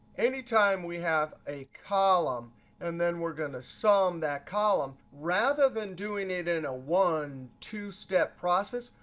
anytime we have a column and then we're going to sum that column, rather than doing it it in a one, two step process,